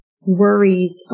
worries